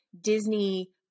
Disney